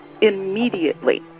immediately